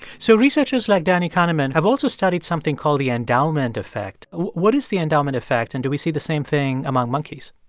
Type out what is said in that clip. so researchers like danny kahneman have also studied something called the endowment effect. what is the endowment effect? and do we see the same thing among monkeys?